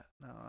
No